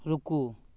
रूकू